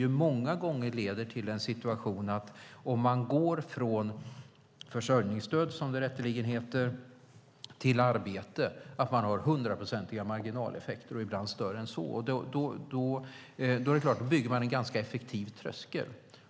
Det leder många gånger till en situation där människor om de går från försörjningsstöd, som det rätteligen heter, till arbete får hundraprocentiga marginaleffekter och ibland större än så. Då är det klart att man bygger en ganska effektiv tröskel.